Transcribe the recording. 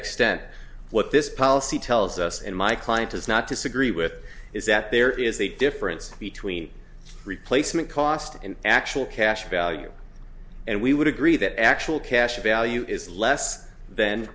extent what this policy tells us and my client is not disagree with is that there is a difference between replacement cost and actual cash value and we would agree that actual cash value is less than